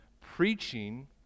preaching